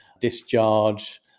discharge